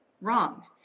Wrong